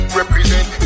represent